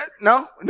no